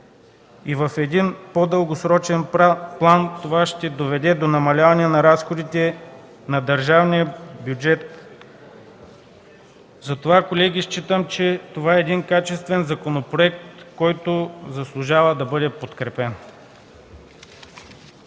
и в един по-дългосрочен план това ще доведе до намаляване на разходите на държавния бюджет. Затова считам, колеги, че това е един качествен законопроект, който заслужава да бъде подкрепен.